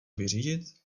vyřídit